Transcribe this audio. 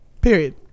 Period